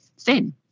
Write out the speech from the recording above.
thin